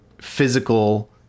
physical